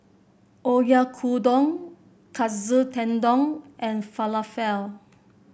Oyakodon Katsu Tendon and Falafel